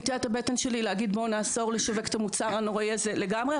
נטיית הבטן שלי בואו נאסור לשווק את המוצר הנוראי הזה לגמרי,